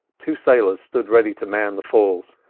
two sailors stood ready to man the falls,